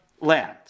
land